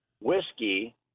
whiskey